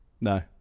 No